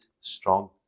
strong